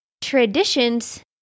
traditions